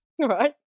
Right